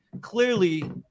clearly